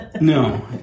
No